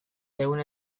ehun